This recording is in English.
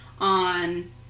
on